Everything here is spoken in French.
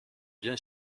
bien